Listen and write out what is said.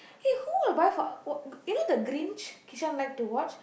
eh who will buy for uh you know the Grinch Kishan like to watch